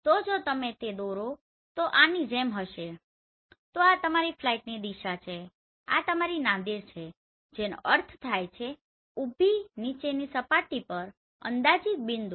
તો જો તમે તે દોરો તો તે આની જેમ હશે તો આ તમારી ફ્લાઇટની દિશા છે આ તમારી નાદિર છે જેનો અર્થ થાય છે ઉભી નીચેની સપાટી પર અંદાજિત બિંદુ